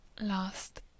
last